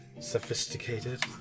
sophisticated